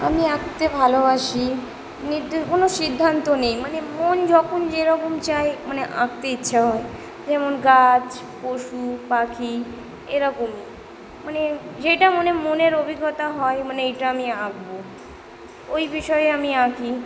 আমি আঁকতে ভালোবাসি কোনও সিদ্ধান্ত নেই মানে মন যখন যে রকম চায় মানে আঁকতে ইচ্ছা হয় যেমন গাছ পশু পাখি এরকমই মানে যেইটা মনে মনের অভিজ্ঞতা হয় মানে এইটা আমি আঁকবো ওই বিষয়ে আমি আঁকি